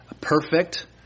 perfect